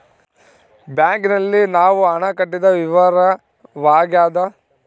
bank ನಲ್ಲಿ ನಾವು ಹಣ ಕಟ್ಟಿದ ವಿವರವಾಗ್ಯಾದ